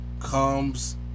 comes